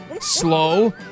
Slow